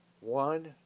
One